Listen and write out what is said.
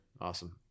Awesome